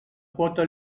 quota